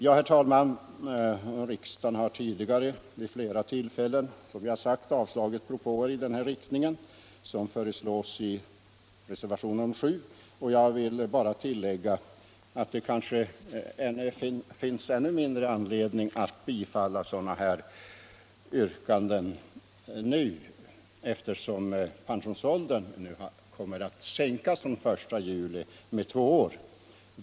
Riksdagen har som sagt tidigare vid fera tillfällen avslagit propåer som gått i samma riktning som förslaget i reservationen 7. Jag vill bara tillägga att det kanske finns ännu mindre anledning att bifalla sådana här yrkanden nu, eftersom pensionsåldern den 1 juli sänks med två år.